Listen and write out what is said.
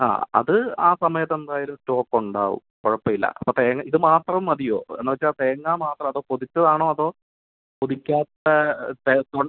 ആ അത് ആ സമയത്ത് എന്തായാലും സ്റ്റോക്ക് ഉണ്ടാവും കുഴപ്പമില്ല അപ്പോൾ തേങ്ങ ഇതുമാത്രം മതിയോ എന്നു വച്ചാൽ തേങ്ങ മാത്രം അതോ പൊതിച്ചത് ആണോ അതോ പൊതിക്കാത്ത